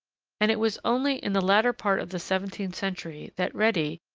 and it was only in the latter part of the seventeenth century, that redi,